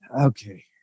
Okay